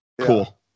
Cool